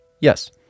Yes